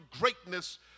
greatness